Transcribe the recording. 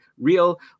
real